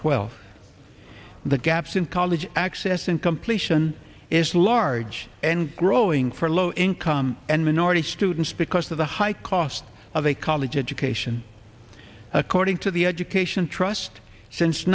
twelve the gaps in college access and completion is large and growing for low income and minority students because of the high cost of a college education according to the education trust since